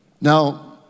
Now